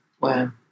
wow